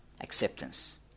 acceptance